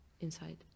inside